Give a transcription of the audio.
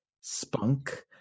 spunk